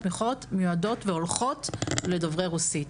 התמיכות מיועדות והולכות לדוברי רוסית,